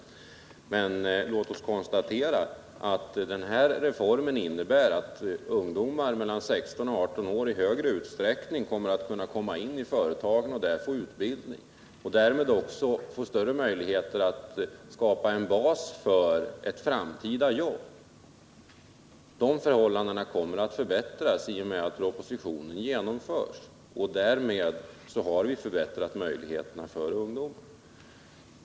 Men låt oss konstatera att den här reformen innebär att ungdomar mellan 16 och 18 år i större utsträckning skall kunna komma in i företagen och där få utbildning och därmed också större möjligheter att skapa en bas för ett framtida jobb. Dessa möjligheter kommer väsentligt att förbättras i och med att propositionen genomförs, och därmed har vi också förbättrat 16 och 17-åringarnas situation.